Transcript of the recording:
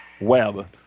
Web